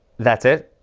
that's it?